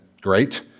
Great